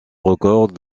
records